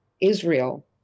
Israel